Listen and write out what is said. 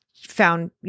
found